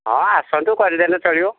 ହଁ ଆସନ୍ତୁ କରି ଦେଲେ ଚଳିବ